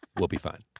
we'll be fine.